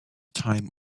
time